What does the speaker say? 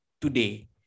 today